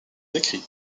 décrit